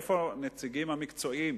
איפה הנציגים המקצועיים?